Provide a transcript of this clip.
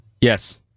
Yes